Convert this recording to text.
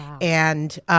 And-